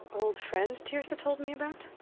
old friend teersa told me about?